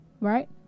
Right